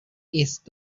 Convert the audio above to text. east